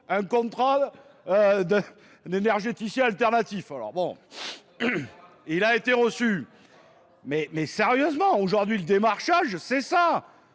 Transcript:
un contrat d'un énergéticien alternatif. Alors bon... Il a été reçu. Mais sérieusement, aujourd'hui le démarchage, c'est ça !